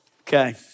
Okay